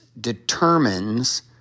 determines